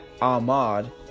ahmad